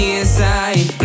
inside